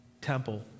temple